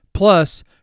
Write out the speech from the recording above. Plus